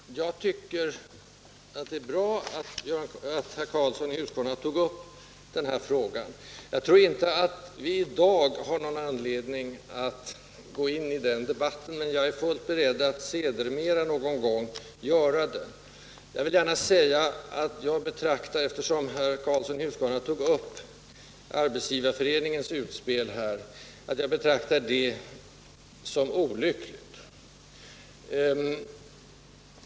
Herr talman! Jag tycker att det är bra att herr Karlsson i Huskvarna tog upp denna fråga, men jag tror inte att vi i dag har anledning att gå in i någon debatt. Jag är emellertid fullt beredd att göra detta vid ett senare tillfälle. Eftersom herr Karlsson i Huskvarna tog upp Arbetsgivareföreningens utspel vill jag gärna säga att jag betraktar det som olyckligt.